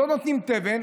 לא נותנים תבן,